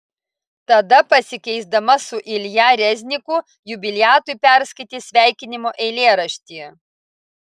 tada pasikeisdama su ilja rezniku jubiliatui perskaitė sveikinimo eilėraštį